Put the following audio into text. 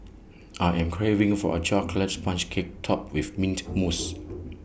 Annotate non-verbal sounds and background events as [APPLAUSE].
I am craving for A Chocolate Sponge Cake Topped with Mint Mousse [NOISE]